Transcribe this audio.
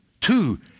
two